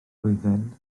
flwyddyn